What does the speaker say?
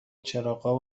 چراغا